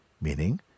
Meaning